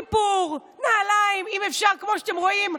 איפור, נעליים, אם אפשר, כמו שאתם רואים,